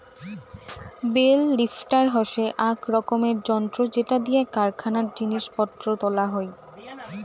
bell lifter হসে আক রকমের যন্ত্র যেটা দিয়া কারখানায় জিনিস পত্র তোলা হই